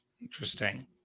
interesting